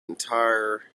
entire